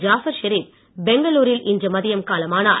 ஜாபர் ஷெரீப் பெங்களூரில் இன்று மதியம் காலமானார்